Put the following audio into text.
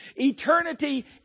Eternity